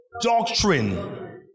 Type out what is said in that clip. Doctrine